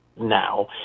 now